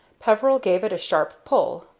peveril gave it a sharp pull.